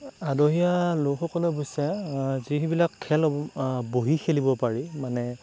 আদহীয়া লোকসকল অৱশ্যে যিবিলাক খেল বহি খেলিব পাৰি মানে